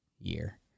year